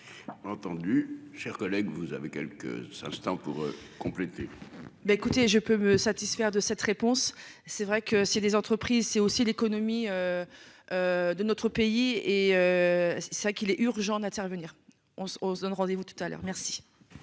Entendu, chers collègues, vous avez quelques instants pour compléter. Bah, écoutez, je peux me satisfaire de cette réponse. C'est vrai que si les entreprises, c'est aussi l'économie. De notre pays et. C'est ça qu'il est urgent d'intervenir. On se, on se donne rendez vous tout à l'heure, merci.